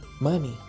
money